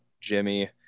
Jimmy